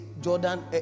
Jordan